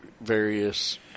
various